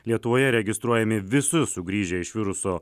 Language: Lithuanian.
lietuvoje registruojami visus sugrįžę iš viruso